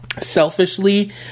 selfishly